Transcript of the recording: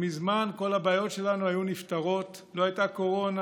מזמן כל הבעיות שלנו היו נפתרות: לא הייתה קורונה,